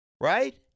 right